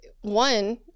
one